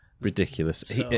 Ridiculous